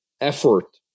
effort